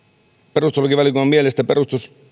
perustuslakivaliokunnan mielestä